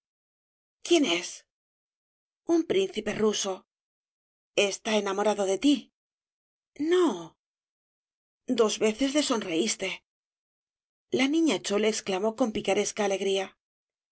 quién es un príncipe ruso está enamorado de ti no dos veces le sonreiste la niña chole exclamó con picaresca alegría